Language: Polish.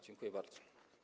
Dziękuję bardzo.